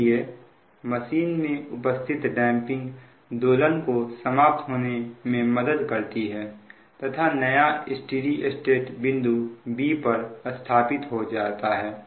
इसलिए मशीन में उपस्थित डैंपिंग दोलन को समाप्त होने में मदद करती है तथा नया स्टेडी स्टेट बिंदु b पर स्थापित हो जाता है